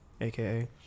Aka